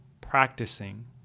practicing